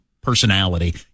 personality